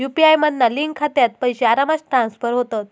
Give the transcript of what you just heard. UPI मधना link खात्यात पैशे आरामात ट्रांसफर होतत